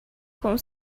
com